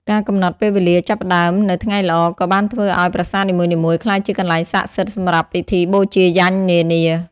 ការកំណត់ពេលវេលាចាប់ផ្តើមនៅថ្ងៃល្អក៏បានធ្វើឲ្យប្រាសាទនីមួយៗក្លាយជាកន្លែងស័ក្តិសិទ្ធិសម្រាប់ពិធីបូជាយញ្ញនានា។